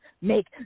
make